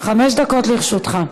חמש דקות לרשותך.